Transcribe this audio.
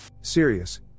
Serious